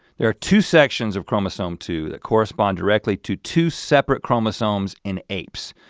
there are two sections of chromosome two that correspond directly to two separate chromosomes in apes.